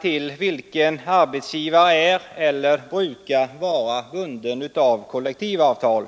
till vilken arbetsgivare är eller brukar vara bunden av kollektivavtal.